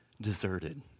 deserted